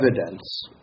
evidence